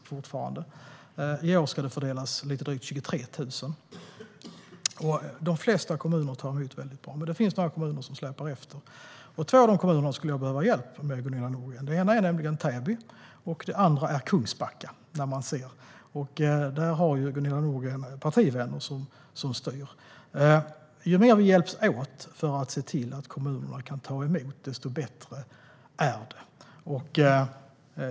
I år ska lite drygt 23 000 fördelas. De flesta kommuner tar emot bra. Men det finns några kommuner som släpar efter. Två av dem skulle jag behöva hjälp med, Gunilla Nordgren. Den ena är nämligen Täby, och den andra är Kungsbacka. Där har du partivänner som styr. Ju mer vi hjälps åt för att se till att kommunerna kan ta emot, desto bättre är det.